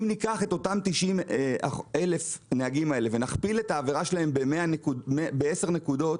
אם ניקח את אותם 90,000 הנהגים האלה ונכפיל את העבירה שלהם ב-10 נקודות,